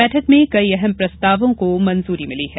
बैठक में कई अहम प्रस्तावों को मंजूरी मिली है